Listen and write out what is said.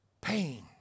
pain